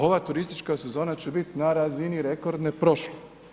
Ova turistička sezona će biti na razini rekordne prošle.